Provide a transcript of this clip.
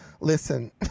listen